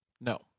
No